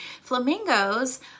flamingos